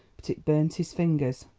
but it burnt his fingers.